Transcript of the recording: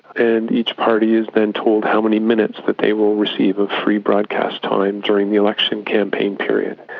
and each party is then told how many minutes that they will receive of free broadcast time during the election campaign period.